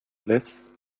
lives